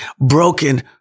broken